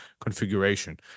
configuration